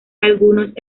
algunos